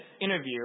interview